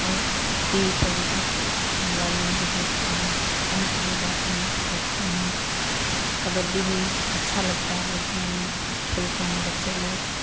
और TV पर भी देखते हैं मोबाइल में भी देखते हैं कहीं पर भी जाते हैं तो देखते हैं कबड्डी भी अच्छा लगता है देखने में और खेलते हैं बच्चे लोग